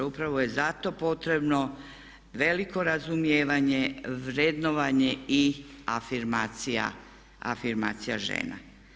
Upravo je zato potrebno veliko razumijevanje, vrednovanje i afirmacija žena.